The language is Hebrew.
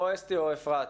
או אסתי או אפרת.